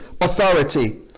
authority